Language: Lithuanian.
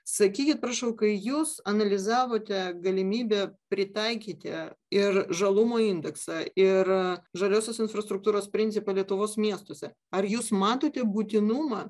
sakykit prašau kai jūs analizavote galimybę pritaikyti ir žalumo indeksą ir žaliosios infrastruktūros principą lietuvos miestuose ar jūs matote būtinumą